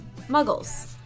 Muggles